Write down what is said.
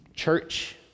church